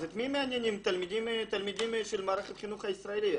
אז את מי מעניינים תלמידים של המערכת החינוך הישראלית?